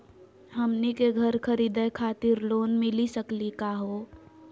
हमनी के घर खरीदै खातिर लोन मिली सकली का हो?